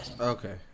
Okay